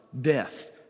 death